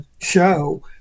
show